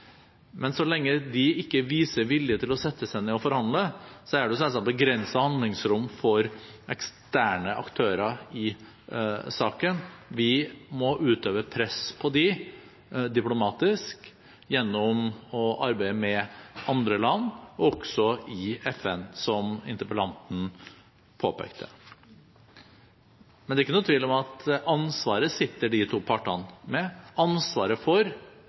Men så lenge de ikke viser vilje til å sette seg ned og forhandle, er det selvsagt begrenset handlingsrom for eksterne aktører i saken. Vi må utøve press på dem diplomatisk gjennom å arbeide med andre land, også i FN, som interpellanten påpekte. Men det er ikke noen tvil om at de to partene sitter med ansvaret – ansvaret for